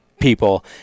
people